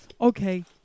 Okay